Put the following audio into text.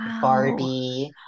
Barbie